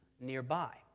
nearby